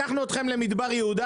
לקחנו אתכם למדבר יהודה,